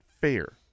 fair